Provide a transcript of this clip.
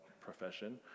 profession